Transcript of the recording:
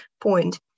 point